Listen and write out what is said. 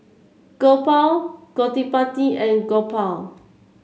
Gopal Gottipati and Gopal